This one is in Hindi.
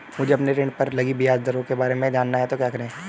मुझे अपने ऋण पर लगी ब्याज दरों के बारे में जानना है तो क्या करें?